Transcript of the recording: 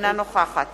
אינה נוכחת